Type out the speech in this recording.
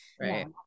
Right